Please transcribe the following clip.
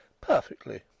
Perfectly